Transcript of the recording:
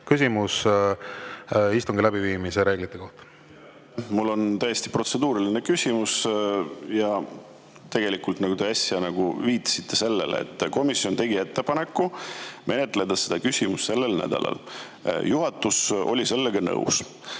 küsimus istungi läbiviimise reeglite kohta. Mul on täiesti protseduuriline küsimus. Nagu te äsja viitasite, komisjon tegi ettepaneku menetleda seda küsimust sellel nädalal. Juhatus oli sellega nõus.